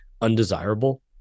undesirable